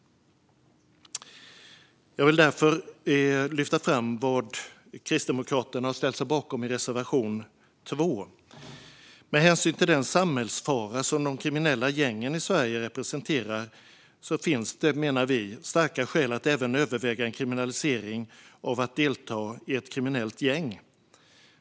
Jag vill därför lyfta fram vad Kristdemokraterna har ställt sig bakom i reservation 2. Med hänsyn till den samhällsfara som de kriminella gängen i Sverige representerar, finns det, menar vi, starka skäl att även överväga en kriminalisering av att delta i ett kriminellt gäng.